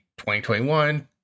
2021